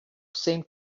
seemed